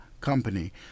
company